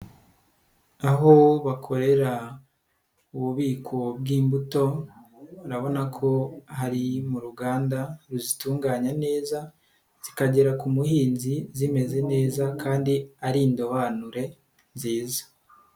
Aho bakorera ububiko bw'imbuto, urabona ko hari mu ruganda ruzitunganya neza, zikagera ku muhinzi zimeze neza kandi ari indobanure nziza.